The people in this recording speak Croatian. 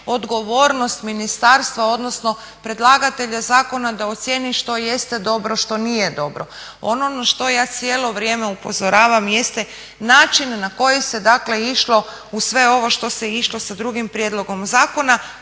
odgovornost ministarstva odnosno predlagatelja zakona da ocjeni što jeste dobro, što nije dobro. Ono na što ja cijelo vrijeme upozoravam jeste način na koji se dakle išlo u sve ovo što se išlo sa drugim prijedlogom zakona